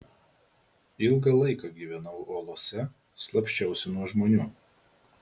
ilgą laiką gyvenau olose slapsčiausi nuo žmonių